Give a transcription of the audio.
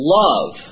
love